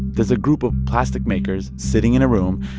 there's a group of plastic-makers sitting in a room,